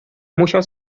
musiał